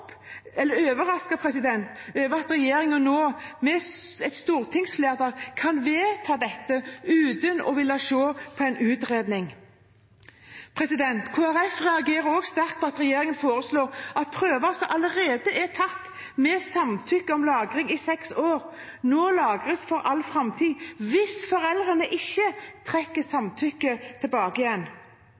over at regjeringen nå, med et stortingsflertall, vil vedta dette uten å se på en utredning Kristelig Folkeparti reagerer også sterkt på at regjeringen foreslår at prøver som allerede er tatt, med samtykke om lagring i seks år, nå lagres for all framtid hvis ikke foreldrene trekker samtykket tilbake.